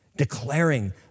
declaring